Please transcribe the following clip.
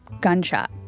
gunshot